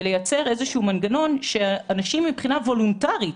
ולייצר איזשהו מנגנון שאנשים יחליטו וולונטרית,